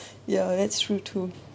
ya that's true too